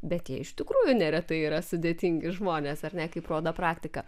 bet jie iš tikrųjų neretai yra sudėtingi žmonės ar ne kaip rodo praktika